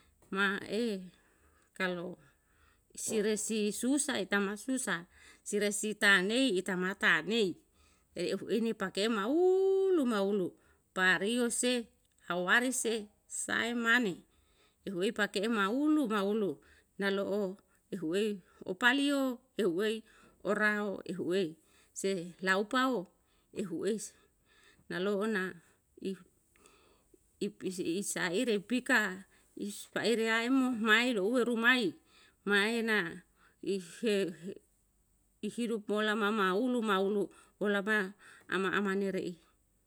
Ma e kalu siresi susa tama susa siresi tanaei itamatane eu pake mauulu mauulu pariose pawarise saemane eu pake mauulu mauulu naloo ehuwe opalio ehuwe orang ehuwe se laupao ehuwe naloo na ih pi saire pi ka ih paire aemo maelowa rumai maena ihe hidup mo lama maulu maulu o lama ama ama ni rei